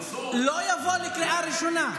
מנסור, לא יבוא לקריאה ראשונה.